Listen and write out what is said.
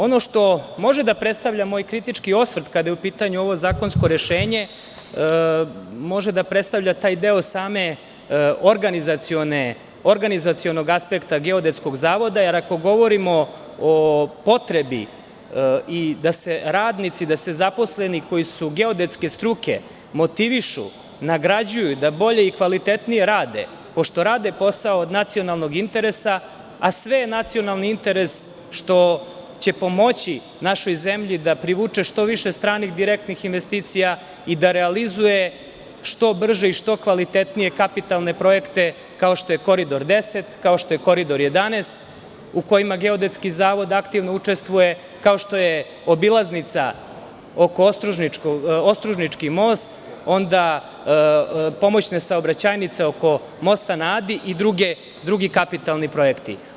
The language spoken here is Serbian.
Ono što može da predstavlja moj kritički osvrt kada je u pitanju ovo zakonsko rešenje može da predstavlja taj deo same organizacionog aspekta Geodetskog zavoda, jer ako govorimo o potrebi da se radnici, da se zaposleni koji su geodetske struke motivišu, nagrađuju i da bolje i kvalitetnije rade, pošto rade posao od nacionalnog interesa, a sve je nacionalni interes što će pomoći našoj zemlji da privuče što više stranih direktnih investicija i da realizuje što brže i što kvalitetnije kapitalne projekte, kao što je Koridor 10, kao što je Koridor 11, u kojima Geodetski zavod aktivno učestvuje, kao što je obilaznica Ostružnički most, onda pomoćne saobraćajnice oko mosta na Adi i drugi kapitalni projekti.